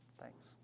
thanks